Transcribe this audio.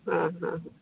হ্যাঁ হ্যাঁ